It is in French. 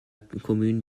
commune